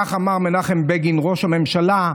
כך אמר מנחם בגין, ראש הממשלה,